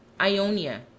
Ionia